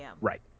Right